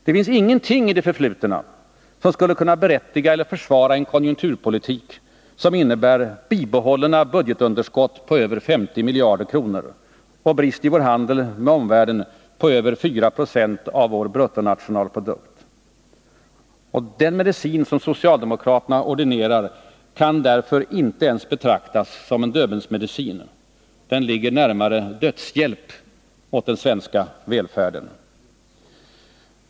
Det finns ingenting i det förflutna som skulle kunna berättiga eller försvara en konjunkturpolitik som innebär bibehållna budgetunderskott på över 50 miljarder kronor och brist i vår handel med omvärlden på över 4 96 av vår bruttonationalprodukt. Och den medicin som socialdemokraterna ordinerar kan inte ens betraktas som en Döbelnsmedicin. Den ligger närmare dödshjälp åt den svenska välfärden.